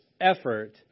effort